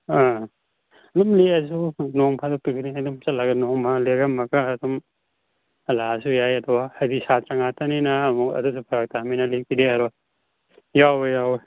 ꯑꯥ ꯑꯗꯨꯝ ꯂꯦꯛꯂꯁꯨ ꯅꯣꯡ ꯐꯥꯗꯣꯛ ꯄꯤꯛꯅꯤꯛ ꯑꯗꯨꯝ ꯆꯠꯂꯒ ꯅꯣꯡꯃ ꯂꯦꯛꯂꯝꯂꯒ ꯑꯗꯨꯝ ꯍꯜꯂꯛꯂꯁꯨ ꯌꯥꯏ ꯑꯗꯨꯒ ꯍꯥꯏꯗꯤ ꯁꯥꯇ꯭ꯔꯥ ꯉꯥꯛꯇꯅꯤꯅ ꯑꯃꯨꯛ ꯑꯗꯨꯗꯣ ꯐꯔꯛ ꯂꯦꯛꯄꯗꯤ ꯌꯥꯔꯣꯏ ꯌꯥꯎꯏ ꯌꯥꯎꯏ